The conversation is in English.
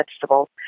vegetables